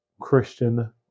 Christian